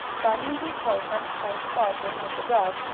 bunny and his boy friends played the ball game with the dog,